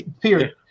period